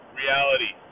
reality